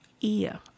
ear